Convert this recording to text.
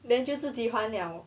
then 就自己还 liao